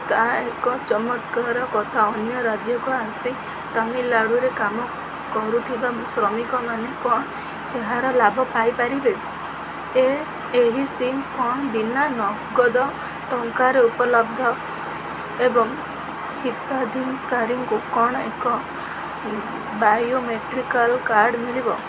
ତାହା ଏକ ଚମତ୍କାର କଥା ଅନ୍ୟ ରାଜ୍ୟକୁ ଆସି ତାମିଲନାଡ଼ୁରେ କାମ କରୁଥିବା ଶ୍ରମିକମାନେ କ'ଣ ଏହାର ଲାଭ ପାଇପାରିବେ ଏହି ସିମ୍ କ'ଣ ବିନା ନଗଦ ଟଙ୍କାରେ ଉପଲବ୍ଧ ଏବଂ ହିତାଧିକାରୀଙ୍କୁ କ'ଣ ଏକ ବାୟୋମେଟ୍ରିକାଲ୍ କାର୍ଡ଼ ମିଳିବ